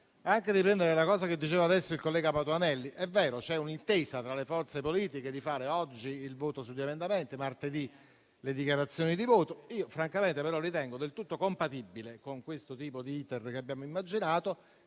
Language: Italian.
e per riprendere quanto detto ora dal collega Patuanelli: è vero, c'è un'intesa tra le forze politiche di fare oggi il voto sugli emendamenti e martedì le dichiarazioni di voto. Io francamente però ritengo del tutto compatibile con l'*iter* che abbiamo immaginato,